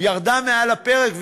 ירדה מעל הפרק,